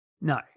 no